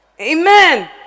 Amen